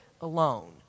alone